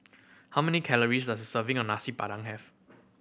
how many calories does a serving of Nasi Padang have